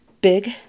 big